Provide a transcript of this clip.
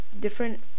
different